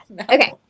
Okay